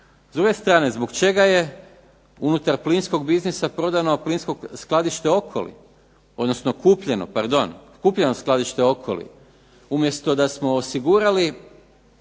zbog čega je unutar plinskog biznisa prodano plinsko skladište "Okoli", odnosno kupljeno, pardon, kupljeno skladište "Okoli"? Umjesto da smo osigurali